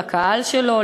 לקהל שלו,